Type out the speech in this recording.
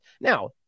Now